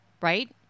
Right